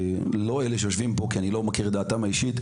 לא אלה שיושבים פה כי אני לא מכיר את דעתם האישית,